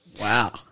Wow